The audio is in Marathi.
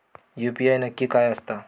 यू.पी.आय नक्की काय आसता?